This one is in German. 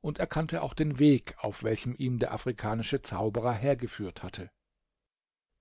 und erkannte auch den weg auf welchem ihn der afrikanische zauberer hergeführt hatte